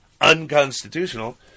unconstitutional